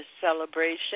Celebration